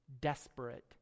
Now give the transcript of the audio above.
desperate